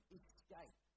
escape